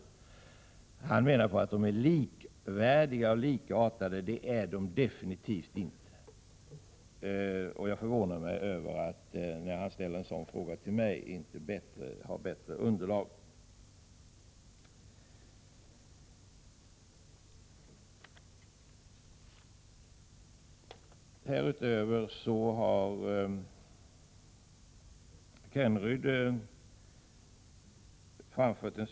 Han menar att de är likvärdiga och likartade, vilket de definitivt inte är. Det förvånar mig att Rune Rydén inte har bättre underlag för sina påståenden.